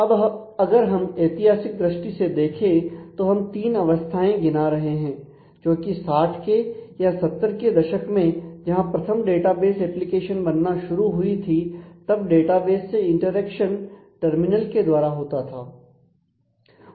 अब अगर हम ऐतिहासिक दृष्टि से देखें तो हम 3 अवस्थाएं दिखा रहे हैं जोकि 60 के या 70 के दशक में जहां प्रथम डेटाबेस एप्लीकेशन बनना शुरू हुई थी तब डेटाबेस से इंटरेक्शन टर्मिनल के द्वारा होता था